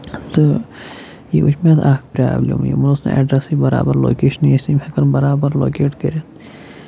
تہٕ یہِ وُچھ مےٚ اَکھ پرٛابلِم یِمَن اوس نہٕ ایڈرَسٕے برابر لوکیشَن ٲس نہٕ یِم ہٮ۪کان برابر لوکیٹ کٔرِتھ